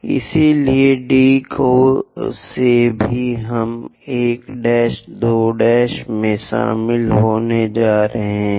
इसलिए D से भी हम 1 2 में शामिल होने जा रहे हैं